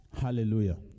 Hallelujah